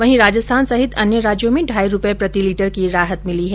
वहीं राजस्थान सहित अन्य राज्यों में ढाई रूपये प्रति लीटर की राहत मिली है